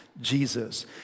Jesus